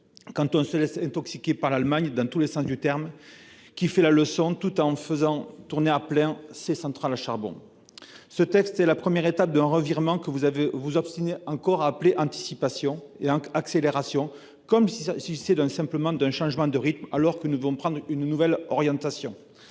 quand on se laisse intoxiquer, dans tous les sens du terme, par une Allemagne qui nous fait la leçon tout en laissant tourner à plein ses centrales à charbon. Ce texte est la première étape d'un revirement que vous vous obstinez encore à qualifier d'anticipation et d'accélération, comme si ce n'était qu'un changement de rythme, alors que nous devons prendre une nouvelle orientation.